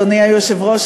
אדוני היושב-ראש,